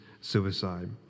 suicide